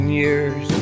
years